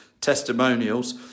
testimonials